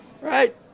Right